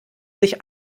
sich